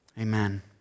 Amen